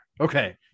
okay